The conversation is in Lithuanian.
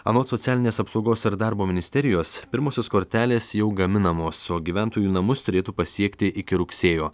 anot socialinės apsaugos ir darbo ministerijos pirmosios kortelės jau gaminamos o gyventojų namus turėtų pasiekti iki rugsėjo